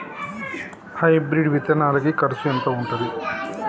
Hybrid విత్తనాలకి కరుసు ఎంత ఉంటది?